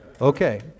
Okay